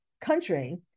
country